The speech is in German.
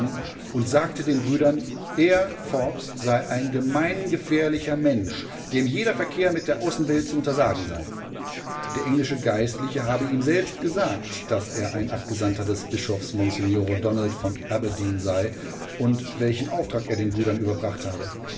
und sagte den brüdern er forbes sei ein gemeingefährlicher mensch dem jeder verkehr mit der außenwelt zu untersagen sei der englische geistliche habe ihm selbst gesagt daß er ein abgesandter des bischofs msgr donald von aberdeen sei und welchen auftrag er den brüdern überbracht habe